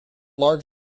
large